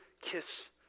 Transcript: kiss